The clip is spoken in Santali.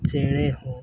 ᱪᱮᱬᱮ ᱦᱚᱸ